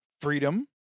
freedom